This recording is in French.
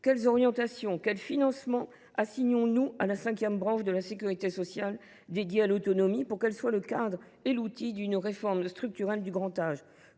Quelles orientations et quels financements assignons nous à la cinquième branche de la sécurité sociale dédiée à l’autonomie pour qu’elle soit le cadre et l’outil d’une réforme structurelle du grand âge ?